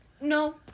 No